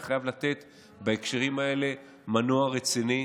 אתה חייב לתת בהקשרים האלה מנוע רציני